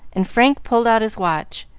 and frank pulled out his watch.